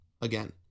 again